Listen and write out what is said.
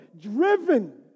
driven